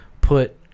put